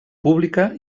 pública